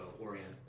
orient